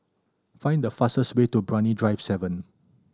find the fastest way to Brani Drive Seven